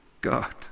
God